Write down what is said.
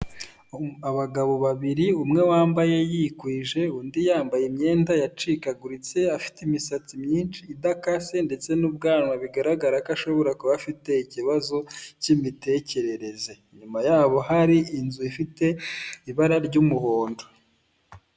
Abagabo babiri umwe wambaye yikwije undi yambaye imyenda yacikaguritse afite imisatsi myinshi idakase ndetse n'ubwanwa bigaragara ko ashobora kuba afite ikibazo cy'imitekerereze nyuma yabo hari inzu ifite ibara ry'umuhondo .